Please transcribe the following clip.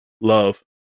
Love